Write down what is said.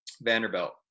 Vanderbilt